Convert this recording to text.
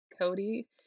Cody